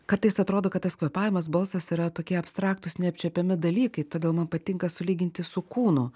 kartais atrodo kad tas kvėpavimas balsas yra tokie abstraktūs neapčiuopiami dalykai todėl man patinka sulyginti su kūnu